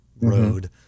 road